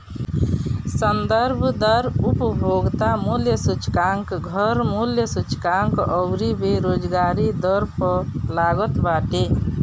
संदर्भ दर उपभोक्ता मूल्य सूचकांक, घर मूल्य सूचकांक अउरी बेरोजगारी दर पअ लागत बाटे